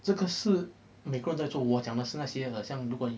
这个是每个人都在做我讲的是那些很像如果